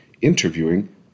interviewing